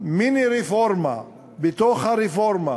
מיני-רפורמה בתוך הרפורמה